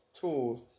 tools